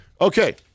Okay